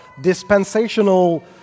dispensational